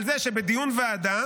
על זה שבדיון ועדה